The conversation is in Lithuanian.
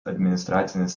administracinis